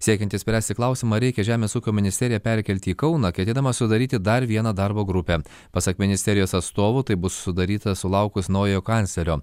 siekiant išspręsti klausimą reikia žemės ūkio ministeriją perkelti į kauną ketinama sudaryti dar vieną darbo grupę pasak ministerijos atstovų tai bus sudaryta sulaukus naujojo kanclerio